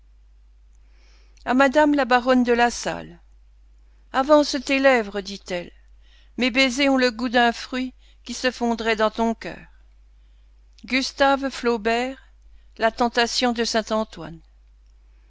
à madame la baronne de la salle avance tes lèvres dit-elle mes baisers ont le goût d'un fruit qui se fondrait dans ton cœur gustave flaubert la tentation de